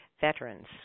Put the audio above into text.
veterans